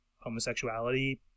homosexuality